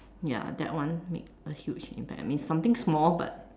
ya that one made a huge impact I mean something small but